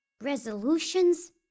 resolutions